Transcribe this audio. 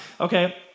Okay